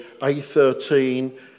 A13